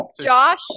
Josh